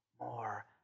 more